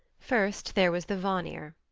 first, there was the vanir.